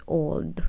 old